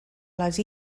les